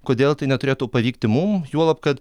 kodėl tai neturėtų pavykti mum juolab kad